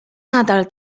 nadal